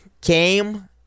came